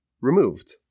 removed